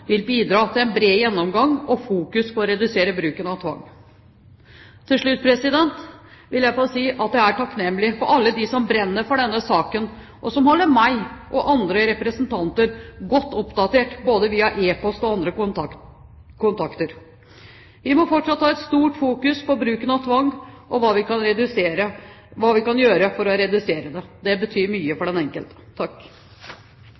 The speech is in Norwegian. vil bidra til en bred gjennomgang og fokus på å redusere bruken av tvang. Til slutt vil jeg få si at jeg er takknemlig for alle dem som brenner for denne saken, og som holder meg og andre representanter godt oppdatert både via e-post og andre kontakter. Vi må fortsatt ha et stort fokus på bruken av tvang og hva vi kan gjøre for å redusere den. Det betyr mye